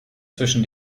zwischen